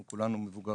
אנחנו כולנו מבוגרים.